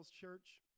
Church